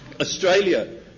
Australia